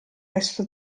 resto